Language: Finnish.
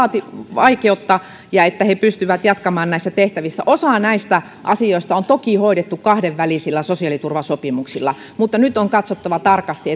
vaikeutta ja että he pystyvät jatkamaan näissä tehtävissä osa näistä asioista on toki hoidettu kahdenvälisillä sosiaaliturvasopimuksilla mutta tätä on nyt katsottava tarkasti